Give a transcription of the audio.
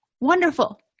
Wonderful